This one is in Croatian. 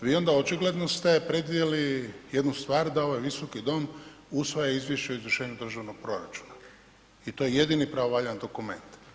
Vi onda očigledno ste predvidjeli jednu stvar, da ovaj Visoki dom usvaja Izvješće o izvršenju državnog proračuna i to je jedini pravovaljani dokument.